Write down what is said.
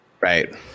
Right